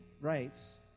rights